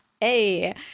Hey